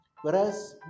whereas